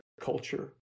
culture